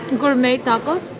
gourmet tacos.